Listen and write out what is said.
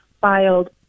filed